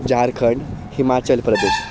जार्खण्ड् हिमाचलप्रदेशः